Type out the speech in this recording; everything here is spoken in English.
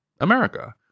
America